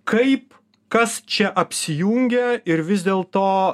kaip kas čia apsijungia ir vis dėlto